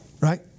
right